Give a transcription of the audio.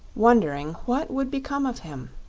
wondering what would become of him.